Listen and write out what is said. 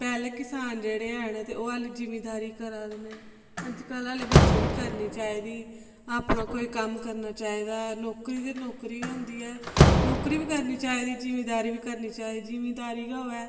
ते पैहले किसान जेह्ड़े हैन ते ओह् जिमीदारी करा दे नै अज्ज कल्ल आह्ले बच्चें बी करनी चाहिदी अपना कोई कम्म करना चाहिदा नौकरी के नौकरी गै हुंदी ऐ नौकरी बी करनी चाहिदी जिमीदारी बी करनी चाहिदी जिमीदारी गै होवे